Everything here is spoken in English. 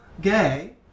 gay